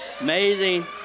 amazing